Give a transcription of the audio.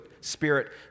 Spirit